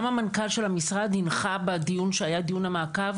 גם המנכ"ל של המשרד הנחה בדיון כשהיה את דיון המעקב